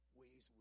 ways